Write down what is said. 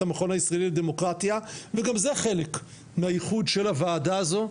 המכון הישראלי לדמוקרטיה וגם זה חלק מהייחוד של הוועדה הזו,